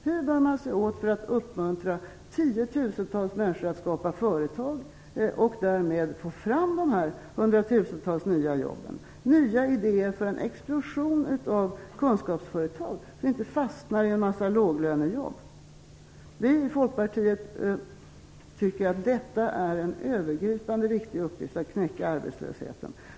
Hur bär man sig åt för att uppmuntra tiotusentals människor att skapa företag så att vi kan få fram hundratusentals nya jobb? Det krävs nya idéer för en explosion av kunskapsföretag så att vi inte fastnar i en mängd låglönejobb. Vi i Folkpartiet tycker att detta är en övergripande viktig uppgift för att knäcka arbetslösheten.